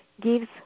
gives